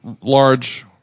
large